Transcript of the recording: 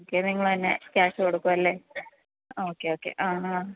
okay നിങ്ങള് തന്നെ cash കൊടുക്കുവല്ലേ ഓക്കെ ഓക്കെ ആ ആ